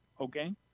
Okay